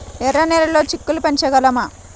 ఎర్ర నెలలో చిక్కుళ్ళు పెంచగలమా?